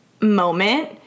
moment